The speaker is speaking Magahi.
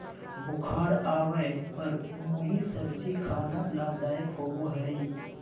बुखार आवय पर मुली सब्जी खाना लाभदायक होबय हइ